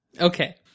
Okay